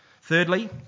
Thirdly